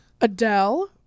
Adele